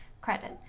credit